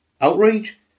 outrage